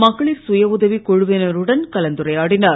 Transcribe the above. மகளிர் சுயஉதவிக் குழுவினருடன் கலந்துரையாடினார்